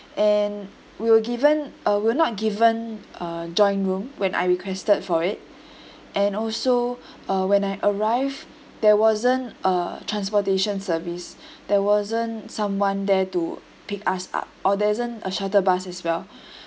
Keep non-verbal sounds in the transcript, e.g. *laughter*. and we're given uh we're not given uh join room when I requested for it and also *breath* uh when I arrive there wasn't uh transportation service there wasn't someone there to pick us up or there isn't a shuttle bus as well *breath*